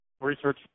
research